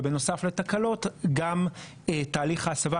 ובנוסף לתקלות גם תהליך ההסבה,